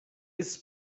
his